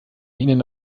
ihnen